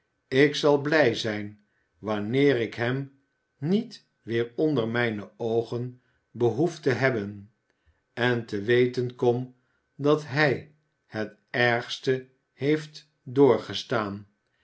ik zal blij zijn wanneer ik hem niet weer onder mijne oogen behoef te hebben en te weten kom dat hij het ergste heeft